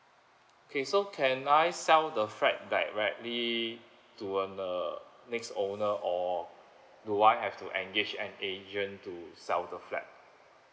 okay so can I sell the flat directly to uh the next owner or do I have to engage an agent to sell the flat